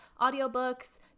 audiobooks